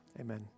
amen